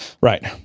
Right